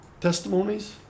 testimonies